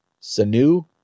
Sanu